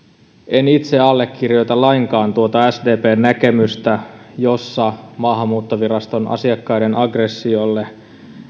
en itse allekirjoita lainkaan tuota sdpn näkemystä jossa maahanmuuttoviraston asiakkaiden aggressiolle